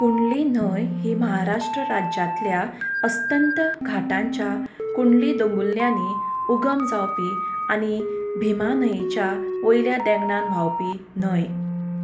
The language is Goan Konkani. कुंडली न्हंय ही महाराष्ट्र राज्यांतल्या अस्तंत घाटांच्या कुंडली दोंगुल्ल्यांनी उगम जावपी आनी भिमा न्हंयेच्या वयल्या देंगणान व्हांवपी न्हंय